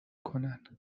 کنن